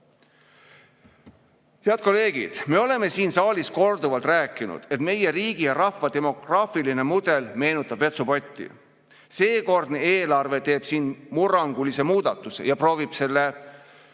kolleegid! Me oleme siin saalis korduvalt rääkinud, et meie riigi ja rahva demograafiline mudel meenutab vetsupotti. Seekordne eelarve teeb siin murrangulise muudatuse ja proovib selle